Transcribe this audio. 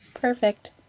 Perfect